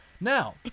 Now